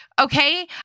okay